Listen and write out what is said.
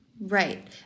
Right